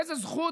באיזה זכות,